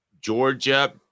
Georgia